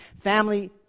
Family